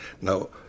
Now